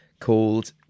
called